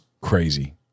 crazy